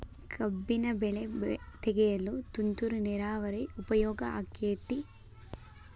ಕಬ್ಬಿನ ಬೆಳೆ ತೆಗೆಯಲು ತುಂತುರು ನೇರಾವರಿ ಉಪಯೋಗ ಆಕ್ಕೆತ್ತಿ?